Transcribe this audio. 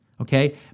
Okay